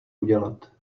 udělat